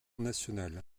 nationale